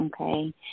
okay